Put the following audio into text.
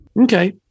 Okay